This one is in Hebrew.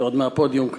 ועוד מהפודיום כאן.